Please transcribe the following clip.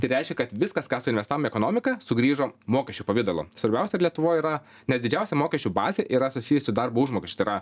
tai reiškia kad viskas ką suinvestavom į ekonomiką sugrįžo mokesčių pavidalu svarbiausia ir lietuvoj yra nes didžiausia mokesčių bazė yra susijus su darbo užmokesčiu tai yra